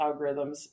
algorithms